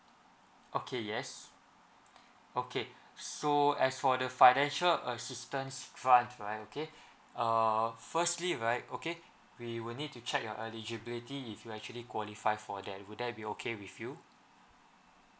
okay yes okay so as for the financial assistance fund right okay err firstly right okay we will need to check your eligibility if you actually qualify for that would that be okay with you